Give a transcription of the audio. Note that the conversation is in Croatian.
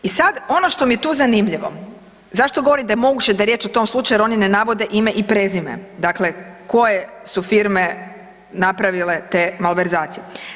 I sad ono što mi je tu zanimljivo, zašto govorim da je moguće da je riječ o tom slučaju jer oni ne navode ime i prezime, dakle koje su firme napravile te malverzacije.